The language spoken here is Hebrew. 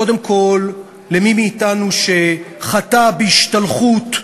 קודם כול למי מאתנו שחטא בהשתלחות,